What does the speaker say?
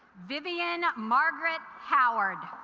vivian margaret howard